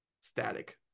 static